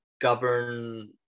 govern